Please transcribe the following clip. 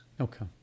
Okay